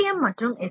M மற்றும் S